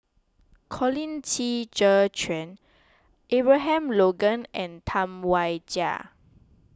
Colin Qi Zhe Quan Abraham Logan and Tam Wai Jia